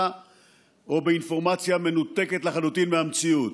או באינפורמציה מנותקת לחלוטין מהמציאות.